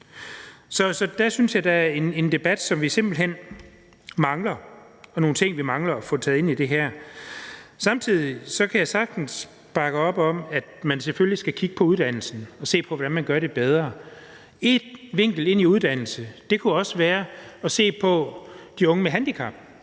Så jeg synes, at der er en debat, som vi simpelt hen mangler, og nogle ting, som vi mangler at få taget med ind i det her. Samtidig kan jeg sagtens bakke op om, at man selvfølgelig skal kigge på uddannelsen og se på, hvordan man kan gøre det bedre. En vinkel på uddannelse kunne også være at se på de unge med handicap.